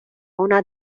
una